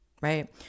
right